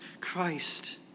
Christ